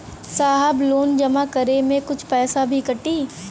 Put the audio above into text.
साहब लोन जमा करें में कुछ पैसा भी कटी?